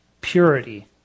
purity